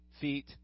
feet